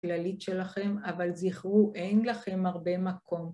כללית שלכם אבל זכרו אין לכם הרבה מקום